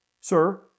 Sir